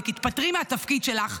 ותתפטרי מהתפקיד שלך,